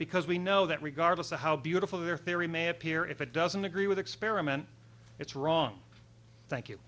because we know that regardless of how beautiful their theory may appear if it doesn't agree with experiment it's wrong thank you